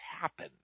happen